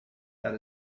that